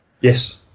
Yes